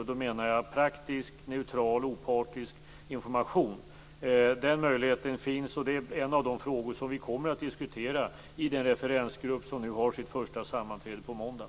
Jag menar att det finns möjlighet att få praktisk, neutral och opartisk information, och detta är en av de frågor som vi kommer att diskutera i den referensgrupp som har sitt första sammanträde på måndag.